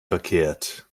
verkehrt